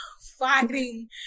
fighting